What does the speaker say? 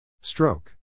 Stroke